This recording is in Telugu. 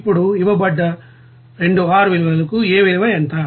ఇప్పుడు ఇవ్వబడ్డ 2 R విలువలకు A విలువ ఎంత